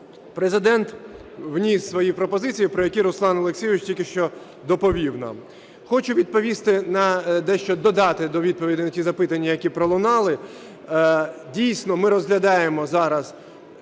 Президент вніс свої пропозиції, про які Руслан Олексійович тільки що доповів нам. Хочу відповісти на дещо, додати до відповідей на ті запитання, які пролунали. Дійсно ми розглядаємо зараз